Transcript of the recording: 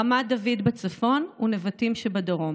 רמת דוד בצפון ונבטים שבדרום,